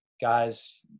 guys